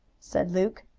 said luke.